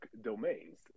domains